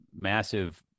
massive